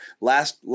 last